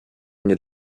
nie